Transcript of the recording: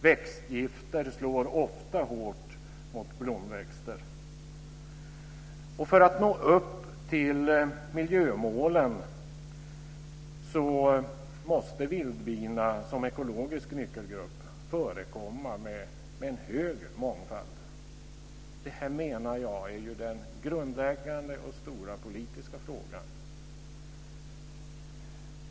Växtgifter slår ofta hårt mot blomväxter. För att vi ska nå upp till miljömålen måste vildbina som ekologisk nyckelgrupp förekomma i mångfald. Detta menar jag är den grundläggande och stora politiska frågan.